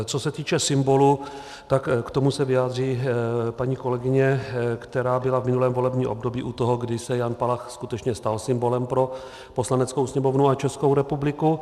Co se týče symbolu, tak k tomu se vyjádří paní kolegyně, která byla v minulém volebním období u toho, kdy se Jan Palach skutečně stal symbolem pro Poslaneckou sněmovnu a Českou republiku.